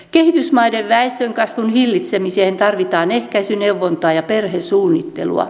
kehitysmaiden väestönkasvun hillitsemiseen tarvitaan ehkäisyneuvontaa ja perhesuunnittelua